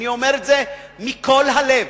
ואני אומר את זה מכל הלב,